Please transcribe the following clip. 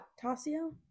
Tasio